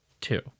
Two